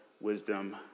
wisdom